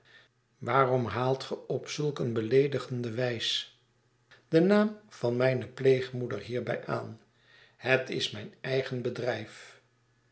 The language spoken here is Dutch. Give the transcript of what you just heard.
waarom haalt ge op zulk eene beleedigende wijs den naam van mijne pleegmoeder hierbij aan het is mijn eigen bedrijf